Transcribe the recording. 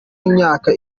imyaka